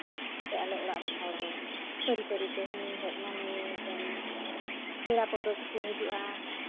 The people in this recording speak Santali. ᱥᱮ ᱟᱞᱮ ᱚᱲᱟᱜ ᱨᱮᱱ ᱦᱚᱲ ᱦᱚᱸ ᱯᱟᱹᱨᱤ ᱯᱟᱹᱨᱤᱛᱮ ᱦᱟᱹᱱᱤ ᱦᱮᱡ ᱮᱱᱟ ᱱᱩᱭᱮ ᱥᱮᱱ ᱮᱱᱟ ᱯᱮᱲᱟ ᱯᱟᱹᱲᱦᱟᱹ ᱠᱚᱠᱚ ᱦᱤᱡᱩᱜᱼᱟ